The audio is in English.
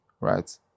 right